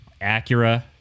Acura